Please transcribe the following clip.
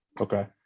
Okay